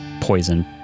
poison